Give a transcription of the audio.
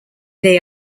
they